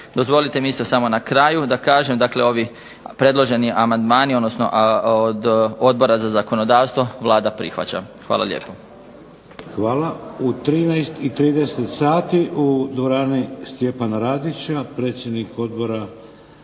Dozvolite mi isto samo na kraju da kažem ovi predloženi amandmani, od Odbora za zakonodavstvo Vlada prihvaća. Hvala lijepo.